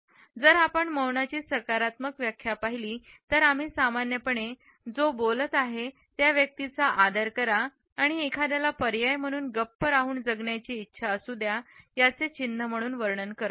जर आपण मौनाची सकारात्मक व्याख्या पाहिली तर आम्ही सामान्यपणे जो बोलत आहे त्या व्यक्तीचा आदर करा किंवा एखाद्याला पर्याय म्हणून गप्प राहून जगण्याची इच्छा असू द्या याचे चिन्ह म्हणून वर्णन करतो